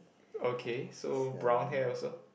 okay so brown hair also